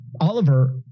Oliver